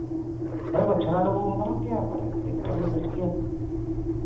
ᱦᱳᱭ ᱜᱳ ᱪᱷᱳᱞᱟ ᱞᱩᱵᱩᱜ ᱦᱚᱸ ᱜᱟᱱᱚᱜ ᱜᱮᱭᱟ